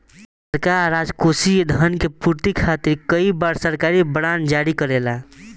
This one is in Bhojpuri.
सरकार राजकोषीय धन के पूर्ति खातिर कई बार सरकारी बॉन्ड जारी करेला